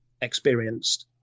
experienced